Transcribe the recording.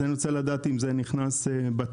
אז אני רוצה לדעת אם זה נכנס בתקציב.